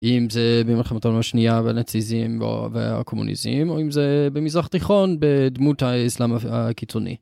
אם זה במלחמת העולם השנייה והנאציזם והקומוניזם או אם זה במזרח התיכון בדמות האסלאם הקיצוני.